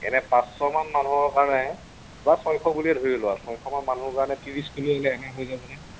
এনেই পাঁচশমান মানুহৰ কাৰণে বা ছয়শ বুলিয়ে ধৰি লোৱা ছয়শ মান মানুহৰ কাৰণে ত্ৰিছ কিলো হ'লে এনে হৈ যাব নে